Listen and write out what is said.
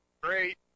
Great